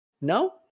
No